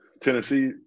Tennessee